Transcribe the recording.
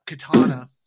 katana